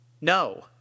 no